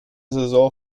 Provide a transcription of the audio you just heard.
saison